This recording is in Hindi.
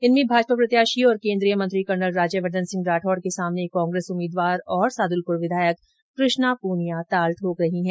इनमें भाजपा प्रत्याशी और केन्द्रीय मंत्री कर्नल राज्यवर्धन सिंह राठौड़ के सामने कांग्रेस उम्मीदवार तथा सादुलपुर विधायक कृष्णा पूनिया ताल ठोक रही है